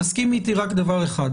תסכימי אתי בדבר אחד.